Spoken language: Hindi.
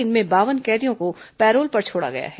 इनमें बावन कैदियों को पैरोल पर छोड़ा गया है